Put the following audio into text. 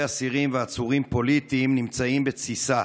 אסירים ועצורים פוליטיים נמצאים בתסיסה.